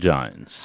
Jones